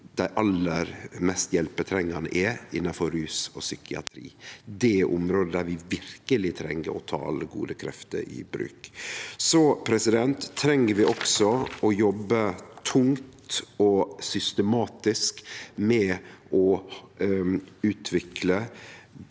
aller mest hjelpetrengande er innanfor rus og psykiatri. Det er område der vi verkeleg treng å ta alle gode krefter i bruk. Vi treng også å jobbe tungt og systematisk med å utvikle